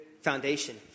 foundation